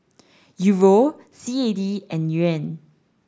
Euro C A D and Yuan